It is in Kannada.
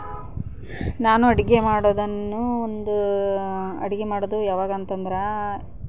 ನಾನು ಅಡುಗೆ ಮಾಡೋದನ್ನು ಒಂದು ಅಡುಗೆ ಮಾಡೋದು ಯಾವಾಗ ಅಂತಂದರೆ